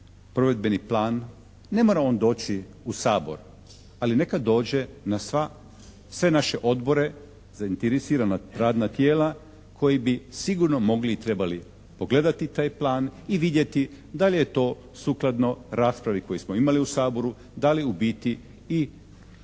Provedbeni plan, ne mora on doći u Sabor ali neka dođe na sve naše odbore, zainteresirana radna tijela koji bi sigurno mogli i trebali pogledati taj plan i vidjeti da li je to sukladno raspravi koju smo imali u Saboru, da li u biti i